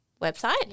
website